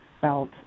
felt